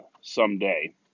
someday